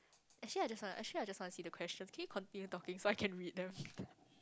actually I just want actually I just want to see the question can you continue talking so I can read them